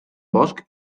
bosc